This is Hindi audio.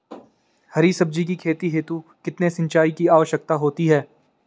हरी सब्जी की खेती हेतु कितने सिंचाई की आवश्यकता होती है?